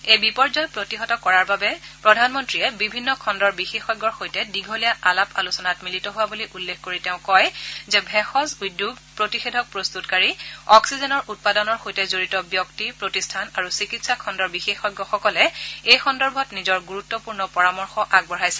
এই বিপৰ্যয় প্ৰতিহত কৰাৰ বাবে তেওঁ বিভিন্ন খণুৰ বিশেষজ্ঞৰ সৈতে দীঘলীয়া আলাপ আলোচনাত মিলিত হোৱা বুলি উল্লেখ কৰি শ্ৰীমোদীয়ে কয় যে ভেষজ উদ্যোগ প্ৰতিষেধক প্ৰস্ততকাৰী অক্সিজেনৰ উৎপাদনৰ সৈতে জড়িত ব্যক্তি প্ৰতিষ্ঠান আৰু চিকিৎসা খণ্ডৰ বিশেষজ্ঞসকলে এই সন্দৰ্ভত নিজৰ গুৰুত্বপূৰ্ণ পৰামৰ্শ আগবঢ়াইছে